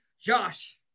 Josh